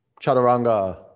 Chaturanga